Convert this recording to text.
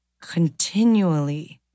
continually